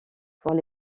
pour